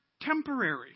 temporary